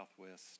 Southwest